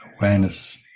awareness